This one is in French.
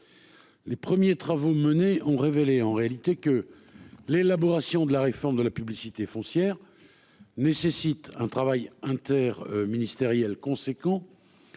Les premiers travaux menés ont révélé en réalité que l'élaboration de la réforme de la publicité foncière. Nécessite un travail inter-ministériel conséquent.